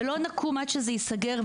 ולא נקום עד שזה ייסגר,